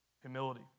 humility